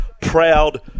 proud